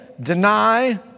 deny